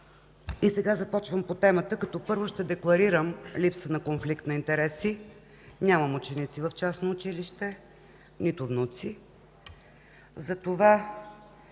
Сега започвам по темата, като първо ще декларирам липса на конфликт на интереси – нямам ученици, нито внуци